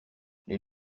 les